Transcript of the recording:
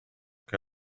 que